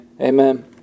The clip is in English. Amen